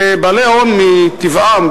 ובעלי הון מטבעם,